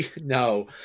no